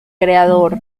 creador